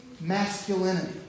masculinity